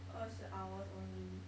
二十 hours only